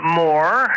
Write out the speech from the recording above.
more